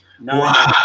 Wow